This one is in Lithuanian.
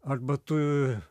arba tu